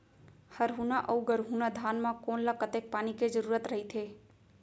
हरहुना अऊ गरहुना धान म कोन ला कतेक पानी के जरूरत रहिथे?